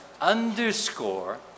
underscore